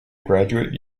graduate